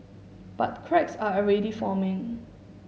but cracks are already forming